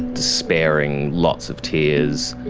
despairing, lots of tears,